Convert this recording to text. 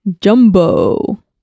Jumbo